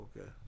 okay